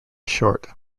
short